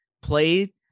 played